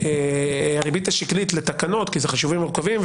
והריבית השקלית לתקנות כי אלה חישובים מורכבים,